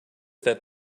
that